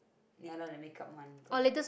ya then make up one product